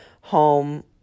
home